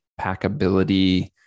packability